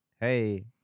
Hey